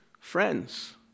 friends